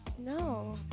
No